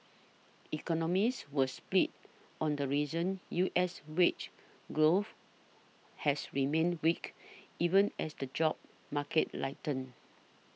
economists were split on the reasons U S wage growth has remained weak even as the job market lighten